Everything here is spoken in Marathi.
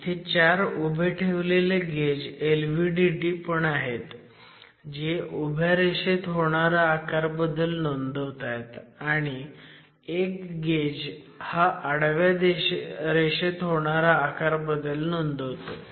इथे चार उभे ठेवलेले गेज LVDT पण आहेत जे उभ्या रेषेत होणारा आकारबदल नोंदवतायत आणि एक गेज हा आडव्या रेषेत होणारा आकारबदल नोंदवतोय